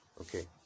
okay